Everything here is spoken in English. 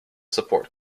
support